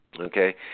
Okay